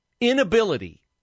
inability